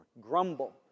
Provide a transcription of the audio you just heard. grumble